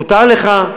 אז תשב ותקשיב, מותר לך.